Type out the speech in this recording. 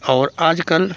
और आजकल